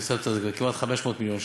של כמעט 500 מיליון שקל.